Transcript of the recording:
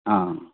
ആ ആ